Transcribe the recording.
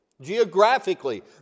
geographically